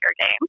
game